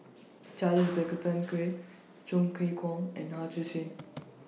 Charles Chong Kee Hiong and